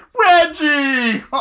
Reggie